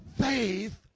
faith